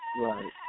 right